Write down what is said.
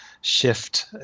shift